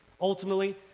Ultimately